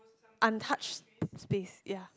untouched space ya